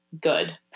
good